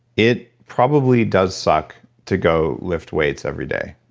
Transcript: it probably does suck to go lift weights every day.